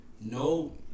no